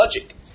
logic